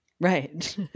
right